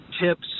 Tips